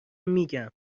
میگم